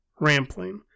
Rampling